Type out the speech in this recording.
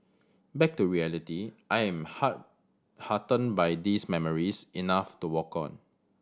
back to reality I am heart heartened by these memories enough to walk on